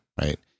right